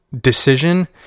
decision